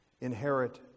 inherit